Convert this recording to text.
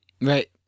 Right